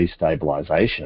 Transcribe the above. destabilization